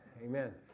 Amen